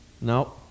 No